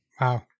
Wow